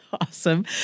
awesome